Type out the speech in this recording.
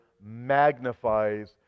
magnifies